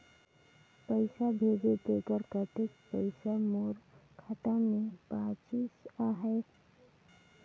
पइसा भेजे तेकर कतेक पइसा मोर खाता मे बाचिस आहाय?